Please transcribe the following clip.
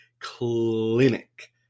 clinic